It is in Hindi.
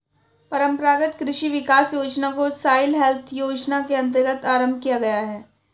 परंपरागत कृषि विकास योजना को सॉइल हेल्थ योजना के अंतर्गत आरंभ किया गया है